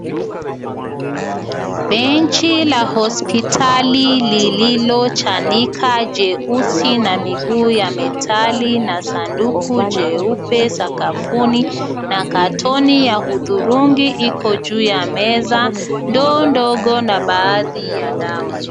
Benchi la hospitali lililochanika jeusi na miguu ya metali na sanduku jeupe sakafuni na katoni ya hudhurungi iko juu ya meza, ndoo ndogo na baadhi ya dawa.